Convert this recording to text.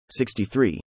63